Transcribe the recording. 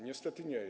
Niestety nie.